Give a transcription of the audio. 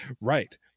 Right